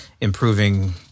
improving